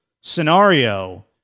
scenario